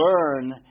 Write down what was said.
learn